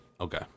okay